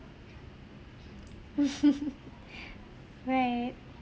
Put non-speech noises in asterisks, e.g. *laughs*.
*noise* *laughs* right